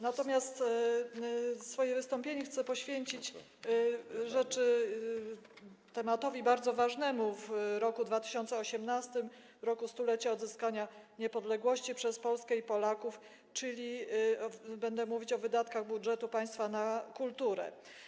Natomiast swoje wystąpienie chcę poświęcić tematowi bardzo ważnemu w roku 2018, roku 100-lecia odzyskania niepodległości przez Polskę i Polaków, czyli będę mówić o wydatkach budżetu państwa na kulturę.